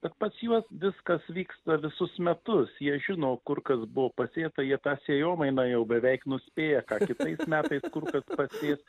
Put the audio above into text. kad pas juos viskas vyksta visus metus jie žino kur kas buvo pasėta jie tą sėjomaina jau beveik nuspėja ką kitais metais kur kas pasės